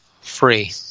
free